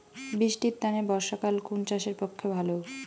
বৃষ্টির তানে বর্ষাকাল কুন চাষের পক্ষে ভালো?